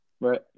Right